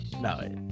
No